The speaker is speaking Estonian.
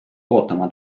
oma